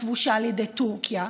הכבושה על ידי טורקיה?